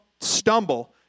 stumble